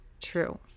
true